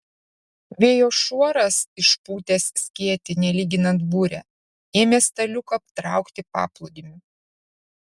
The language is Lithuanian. vėjo šuoras išpūtęs skėtį nelyginant burę ėmė staliuką traukti paplūdimiu